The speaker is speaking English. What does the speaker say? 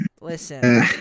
listen